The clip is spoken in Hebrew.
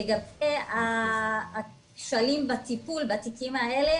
לגבי הכשלים בטיפול בתיקים האלה,